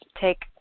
take